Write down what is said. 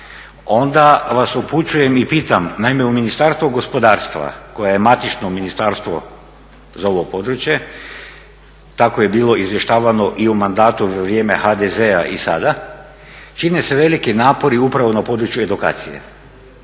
onda vas upućujem i pitam, naime u Ministarstvu gospodarstva koje je matično ministarstvo za ovo područje tako je bilo izvještavano i u mandatu za vrijeme HDZ-a i sada, čine se veliki naporu upravo na području edukacije